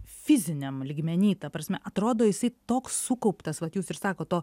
fiziniam lygmeny ta prasme atrodo jisai toks sukauptas vat jūs ir sakot to